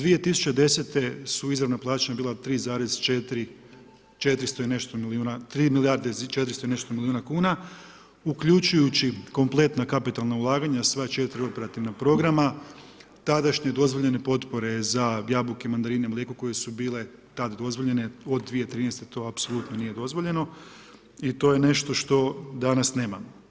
2010. su izravna plaćanja bila 3,4 milijuna kuna uključujući kompletna kapitalna ulaganja sva 4 operativna programa, tadašnje dozvoljene potpore za jabuke, mandarine, mlijeko koje su bile tad dozvoljene, od 2013. to apsolutno nije dozvoljeno i to je nešto što danas nemamo.